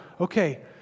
okay